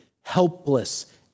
helpless